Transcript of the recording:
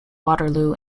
waterloo